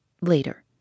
Later